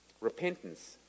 Repentance